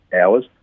hours